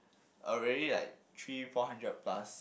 already like three four hundred plus